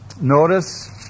Notice